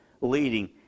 leading